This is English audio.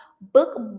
book